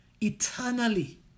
eternally